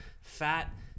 fat